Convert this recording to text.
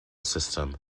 system